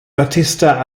battista